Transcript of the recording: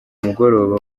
mugoroba